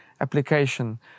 application